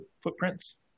footprints